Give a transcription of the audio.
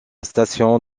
station